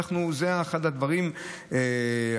וזה אחד הדברים הבולטים.